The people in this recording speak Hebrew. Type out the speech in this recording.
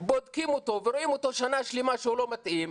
בודקים אותו ורואים אותו שנה שלמה שהוא לא מתאים,